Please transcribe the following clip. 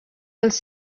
els